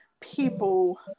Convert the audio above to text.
people